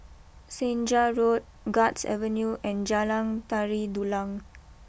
Senja Road Guards Avenue and Jalan Tari Dulang